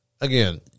Again